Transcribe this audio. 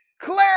Claire